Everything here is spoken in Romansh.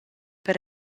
per